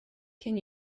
can